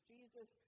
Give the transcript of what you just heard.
Jesus